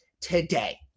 today